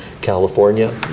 California